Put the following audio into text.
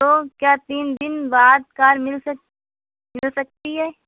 تو کیا تین دن بعد کار مل سک مل سکتی ہے